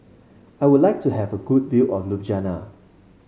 I would like to have a good view of Ljubljana